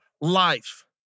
life